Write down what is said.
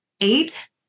eight